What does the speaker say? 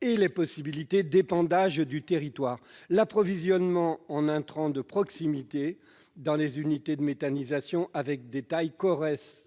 et les possibilités d'épandage du territoire. L'approvisionnement en intrants de proximité, dans des unités de méthanisation avec des tailles